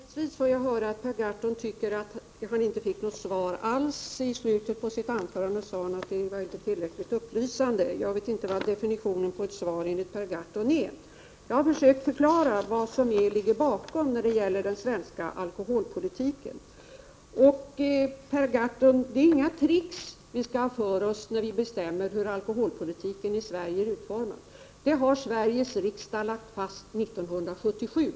Fru talman! Inledningsvis får jag höra att Per Gahrton tycker att han inte fick något svar alls. I slutet av sitt anförande sade han att svaret inte var tillräckligt upplysande. Jag vet inte vad definitionen på ett svar är enligt Per Gahrtons uppfattning. Jag har försökt förklara vad som ligger bakom den svenska alkoholpolitiken. Några trick, Per Gahrton, skall vi inte ha för oss när vi bestämmer hur alkoholpolitiken i Sverige skall utformas. Hur den skall utformas har Sveriges riksdag lagt fast 1977.